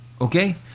Okay